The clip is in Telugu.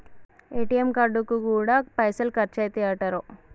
ఏ.టి.ఎమ్ కార్డుకు గూడా పైసలు ఖర్చయితయటరో